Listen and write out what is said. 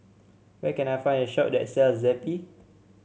where can I find a shop that sells Zappy